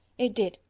it did.